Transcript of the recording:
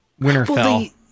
Winterfell